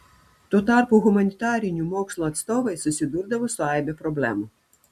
tuo tarpu humanitarinių mokslo atstovai susidurdavo su aibe problemų